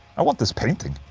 i want this painting.